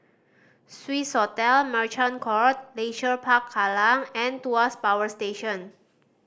Swissotel Merchant Court Leisure Park Kallang and Tuas Power Station